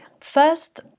First